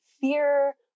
fear